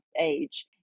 age